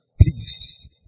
Please